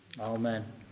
Amen